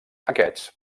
aquests